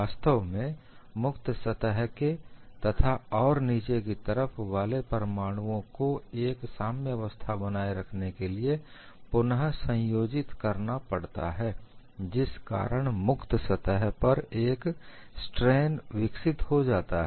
वास्तव में मुक्त सतह के तथा और नीचे की तरफ वाले परमाणुओं को एक साम्यवस्था बनाए रखने के लिए पुनः संयोजित करना पड़ता है जिस कारण मुक्त सतह पर एक स्ट्रेन विकसित हो जाता है